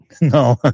No